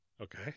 okay